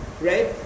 right